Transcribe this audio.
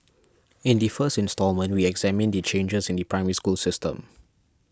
in the first instalment we examine the changes in the Primary School system